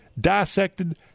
dissected